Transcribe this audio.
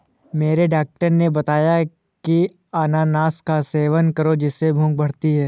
मेरे डॉक्टर ने बताया की अनानास का सेवन करो जिससे भूख बढ़ती है